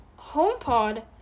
HomePod